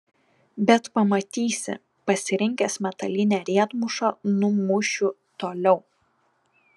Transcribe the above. bet pamatysi pasirinkęs metalinę riedmušą numušiu toliau